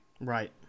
Right